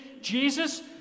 Jesus